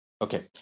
Okay